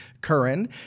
Curran